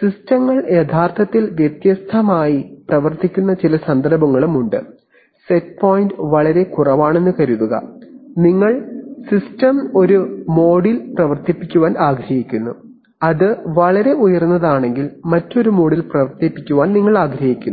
സിസ്റ്റങ്ങൾ യഥാർത്ഥത്തിൽ വ്യത്യസ്തമായി പ്രവർത്തിക്കുന്ന ചില സന്ദർഭങ്ങളും ഉണ്ട് സെറ്റ് പോയിന്റ് വളരെ കുറവാണെന്ന് കരുതുക നിങ്ങൾ സിസ്റ്റം ഒരു മോഡിൽ പ്രവർത്തിപ്പിക്കാൻ ആഗ്രഹിക്കുന്നു അത് വളരെ ഉയർന്നതാണെങ്കിൽ മറ്റൊരു മോഡിൽ പ്രവർത്തിപ്പിക്കാൻ നിങ്ങൾ ആഗ്രഹിക്കുന്നു